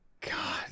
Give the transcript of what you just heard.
God